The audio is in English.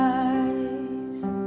eyes